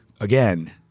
again